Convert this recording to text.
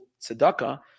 tzedakah